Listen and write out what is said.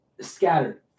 scattered